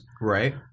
Right